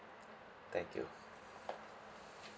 thank you